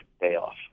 payoff